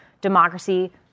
democracy